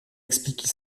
explique